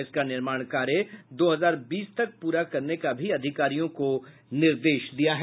इसका निर्माण कार्य दो हजार बीस तक पूरा करने का भी अधिकारियों को निर्देश दिया है